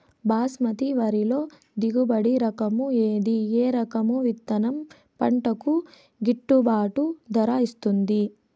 బాస్మతి వరిలో దిగుబడి రకము ఏది ఏ రకము విత్తనం పంటకు గిట్టుబాటు ధర ఇస్తుంది